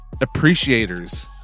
appreciators